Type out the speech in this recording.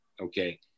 Okay